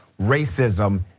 racism